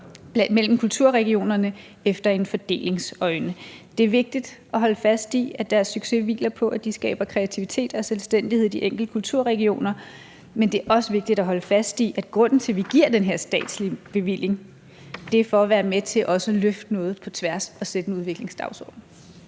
mellem kulturerregionerne efter en fordelingsnøgle. Det er vigtigt at holde fast i, at deres succes hviler på, at de skaber kreativitet og selvstændighed i de enkelte kulturregioner, men det er også vigtigt at holde fast i, at grunden til, at vi giver den her statslige bevilling, er for at være med til at løfte noget på tværs og sætte en udviklingsdagsorden.